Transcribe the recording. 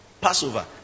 Passover